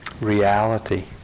reality